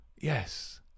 Yes